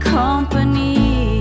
company